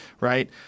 right